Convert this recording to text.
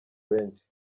benshi